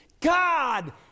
God